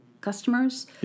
customers